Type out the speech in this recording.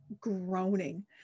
groaning